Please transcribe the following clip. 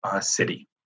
city